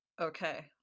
Okay